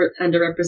underrepresented